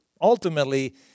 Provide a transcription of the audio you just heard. ultimately